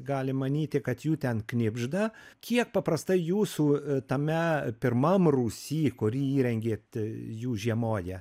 gali manyti kad jų ten knibžda kiek paprastai jūsų tame pirmam rūsy kurį įrengėt jų žiemoja